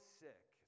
sick